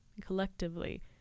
collectively